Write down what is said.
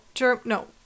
No